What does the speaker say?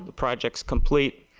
project complete.